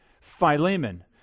Philemon